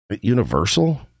universal